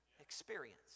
Experience